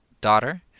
daughter